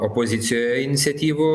opozicijoj iniciatyvų